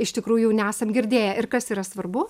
iš tikrųjų nesam girdėję ir kas yra svarbu